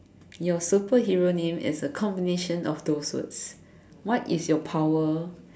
your superhero name is a combination of those words what is your power